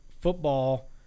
football